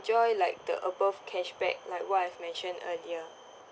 ~joy like the above cashback like what I've mentioned earlier